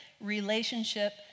relationship